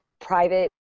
private